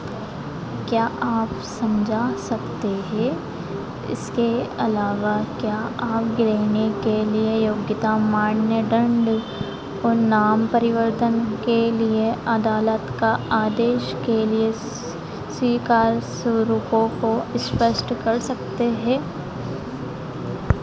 क्या आप समझा सकते हैं इसके अलावा क्या आप गृहिणी के लिए योग्यता मान्यदण्ड और नाम परिवर्तन के लिए अदालत का आदेश के लिए स्वीकार स्वरूपों को स्पष्ट कर सकते हैं